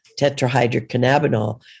tetrahydrocannabinol